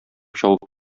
чабып